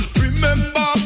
remember